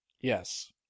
Yes